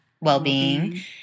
well-being